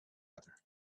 other